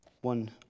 One